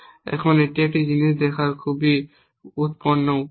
এখন এটি একটি জিনিস দেখার খুব উৎপন্ন উপায়